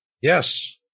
Yes